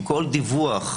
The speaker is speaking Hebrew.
כל דיווח,